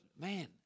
man